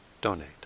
donate